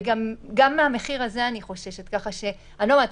וזה מחיר שאני חוששת ממנו.